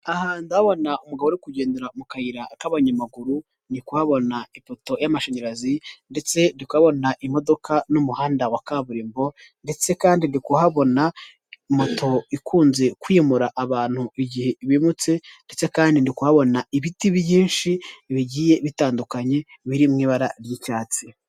Aha ndabona umugore uri kugendera mu kayira k'abanyamaguru ndi kubona y'amashanyarazi ndetse tukabona imodoka n'umuhanda wa kaburimbo, ndetse kandi ndi kuhabona moto ikunze kwimura abantu igihe bimutse ndetse kandi ntibona ibiti byinshi bigiye bitandukanye biri mu ibara ry'icyatsi.